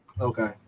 Okay